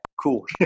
cool